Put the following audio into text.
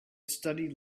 studied